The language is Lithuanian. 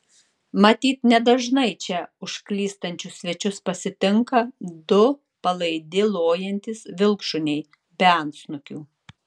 matyt nedažnai čia užklystančius svečius pasitinka du palaidi lojantys vilkšuniai be antsnukių